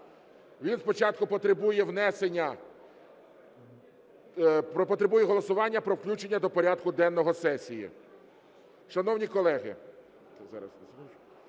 внесення… потребує голосування про включення до порядку денного сесії.